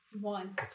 One